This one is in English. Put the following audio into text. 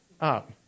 up